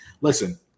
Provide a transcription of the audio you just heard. Listen